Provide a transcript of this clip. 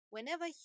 Whenever